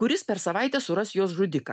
kuris per savaitę suras jos žudiką